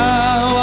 Now